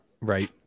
Right